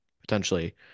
potentially